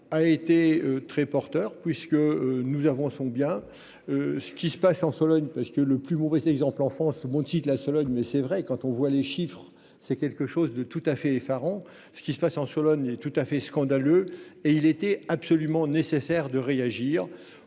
a été très porteur puisque nous avons sont bien. Ce qui se passe en Sologne. Parce que le plus mauvais exemple enfance mon la Sologne mais c'est vrai quand on voit les chiffres c'est quelque chose de tout à fait effarant ce qui se passe en Sologne et tout à fait scandaleux et il était absolument nécessaire de réagir